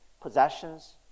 possessions